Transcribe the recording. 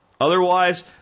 Otherwise